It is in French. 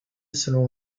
selon